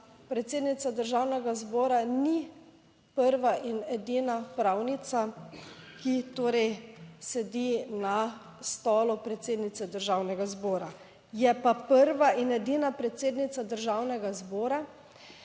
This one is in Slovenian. predsednica Državnega zbora ni prva in edina pravnica, ki torej sedi na stolu predsednice Državnega zbora. Je pa prva in edina predsednica Državnega zbora,